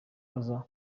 aza